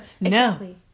no